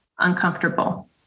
uncomfortable